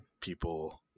people